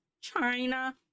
China